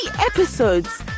episodes